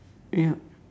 yup